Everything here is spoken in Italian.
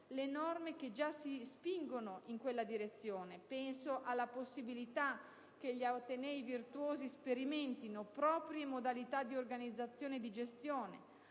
le norme che già si spingono in quella direzione: penso alla possibilità che gli atenei virtuosi sperimentino proprie modalità di organizzazione e di gestione;